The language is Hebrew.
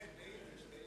ביידיש, ביידיש.